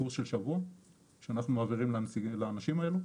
קורס של שבוע שאנחנו מעבירים לאנשים האלו.